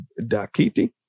Dakiti